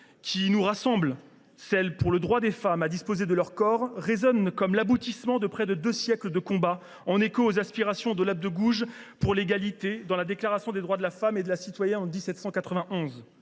qui nous rassemble – celle pour le droit des femmes à disposer de leur corps –, résonne comme l’aboutissement de près de deux siècles de combats, en écho aux aspirations pour l’égalité exprimées par Olympe de Gouges dans la Déclaration des droits de la femme et de la citoyenne en 1791,